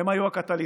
הן היו הקטליזטור.